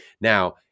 Now